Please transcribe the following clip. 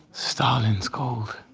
stalin's called.